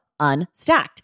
Unstacked